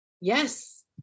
Yes